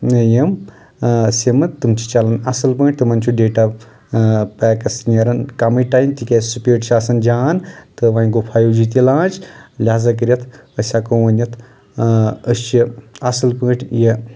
یِم سمہٕ تِم چھِ چلان اَصٕل پٲٹھۍ تِمن چھُ ڈیٹا پیکس نیران کَمے ٹایم تِکیازِ سپیٖڈ چھِ آسان جان تہٕ وۄنۍ گوٚو فایو جی تہِ لانچ لِہذا کٔرِتھ أسۍ ہٮ۪کو ؤنِتھ أسۍ چھِ اَصٕل پٲٹھۍ یہِ